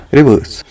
Reverse